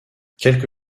quelque